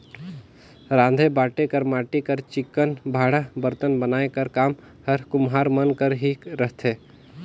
राँधे बांटे कर माटी कर चिक्कन भांड़ा बरतन बनाए कर काम हर कुम्हार मन कर ही रहथे